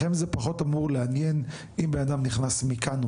לכם זה פחות אמור לעניין אם בן אדם נכנס מפה או